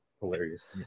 hilarious